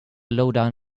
lowdown